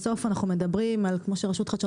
בסוף אנחנו מדברים כמו שרשות החדשנות